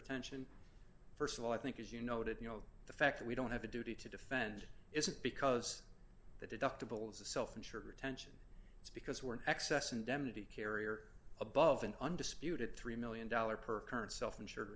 attention st of all i think as you noted you know the fact that we don't have a duty to defend isn't because the deductible is a self insured retention it's because we're an excess indemnity carrier above an undisputed three million dollars per current self insured